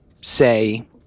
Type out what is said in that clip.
say